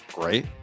great